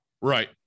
Right